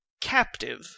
captive